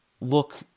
look